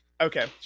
Okay